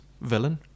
villain